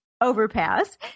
Overpass